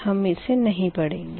हम इसे नही पढ़ेंगे